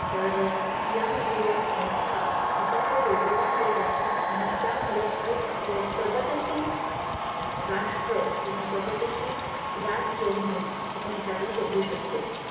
तर यामध्ये या संस्था आपापलं योगदान देत असतात आणि त्यामुळं एक प्रगतीशील राष्ट्र किंवा प्रगतीशील राज्य म्हणून आपण याच्याकडं बघू शकतो